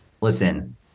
Listen